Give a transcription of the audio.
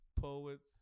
poets